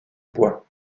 bois